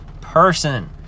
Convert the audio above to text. person